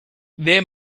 there